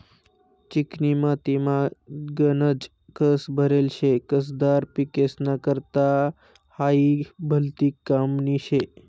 चिकनी मातीमा गनज कस भरेल शे, कसदार पिकेस्ना करता हायी भलती कामनी शे